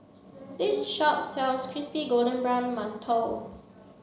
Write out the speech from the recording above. this shop sells crispy golden brown Mantou